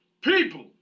people